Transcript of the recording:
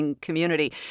community